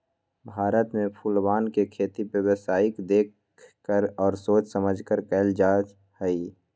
भारत में फूलवन के खेती व्यावसायिक देख कर और सोच समझकर कइल जाहई